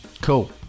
Cool